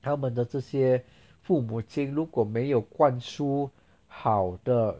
他们的这些父母亲如果没有灌输好的